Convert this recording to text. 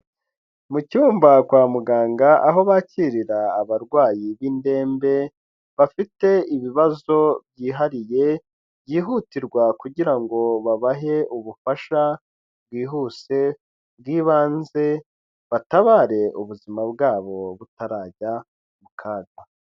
Mu cyumba kwa muganga aho bakirira abarwayi b'indembe bafite ibibazo byihariye byihutirwa kugira babahe ubufasha bwihuse bw'ibanze, batabare ubuzima bwabo butarajya mu kaga.